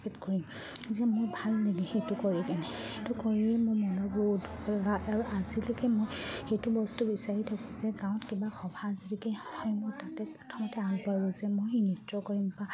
কৰিম যে মই ভাল নেকি সেইটো কৰি কিনে সেইটো কৰিয়েই মোৰ মনৰ বহুত ভা আৰু আজিলৈকে মই সেইটো বস্তু বিচাৰি থাকোঁ যে গাঁৱত কিবা সভা আজিলৈকে হয় মই তাতে প্ৰথমতে আগবাঢ়োঁ যে মই নৃত্য কৰিম বা